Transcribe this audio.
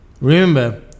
Remember